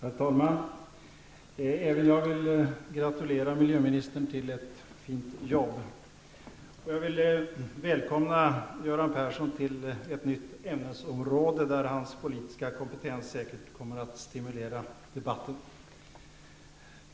Herr talman! Även jag vill gratulera miljöminister Olof Johansson till ett fint arbete. Och jag vill välkomna Göran Persson till ett nytt ämnesområde, där hans politiska kompetens säkert kommer att stimulera debatten.